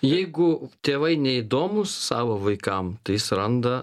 jeigu tėvai neįdomūs savo vaikam tai jis randa